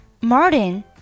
Martin